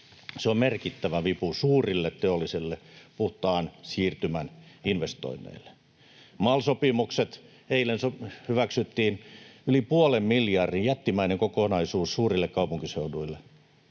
Se on merkittävä vipu suurille teollisille puhtaan siirtymän investoinneille. MAL-sopimukset — eilen hyväksyttiin yli puolen miljardin jättimäinen kokonaisuus suurille kaupunkiseuduille,